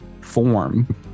form